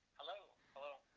hello, hello.